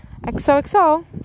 XOXO